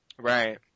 Right